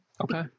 Okay